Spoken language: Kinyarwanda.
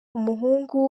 umuhungu